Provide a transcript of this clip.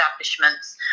establishments